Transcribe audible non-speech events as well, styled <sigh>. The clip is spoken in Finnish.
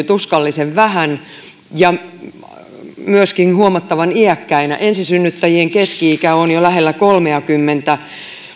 <unintelligible> tuskallisen vähän ja myöskin huomattavan iäkkäinä ensisynnyttäjien keski ikä on lähellä kolmeakymmentä